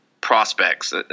prospects